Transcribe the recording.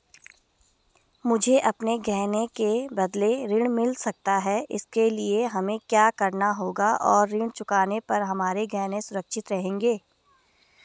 मुझे अपने गहने के बदलें ऋण मिल सकता है इसके लिए हमें क्या करना होगा और ऋण चुकाने पर हमारे गहने सुरक्षित रहेंगे?